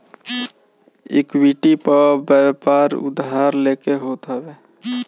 equity पअ व्यापार उधार लेके होत हवे